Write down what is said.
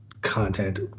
content